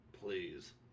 please